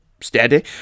steady